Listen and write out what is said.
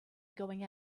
going